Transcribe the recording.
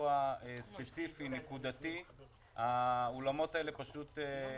סיוע ספציפי נקודתי האולמות האלה פשוט יקרסו,